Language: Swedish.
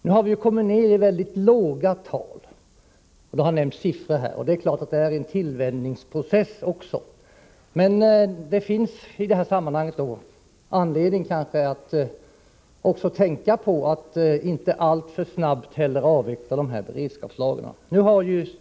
Vi har kommit ned i mycket låga tal, som har nämnts i denna debatt. Det är naturligtvis en tillvänjningsprocess, men det finns anledning att inte alltför snabbt avveckla beredskapslagren.